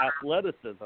athleticism